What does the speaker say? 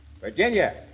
Virginia